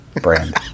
brand